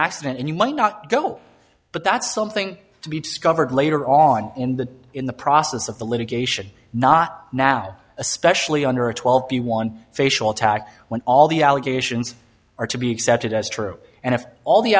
accident and you might not go but that's something to be discovered later on in the in the process of the litigation not now especially under twelve b one facial attack when all the allegations are to be accepted as true and if